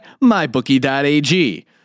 mybookie.ag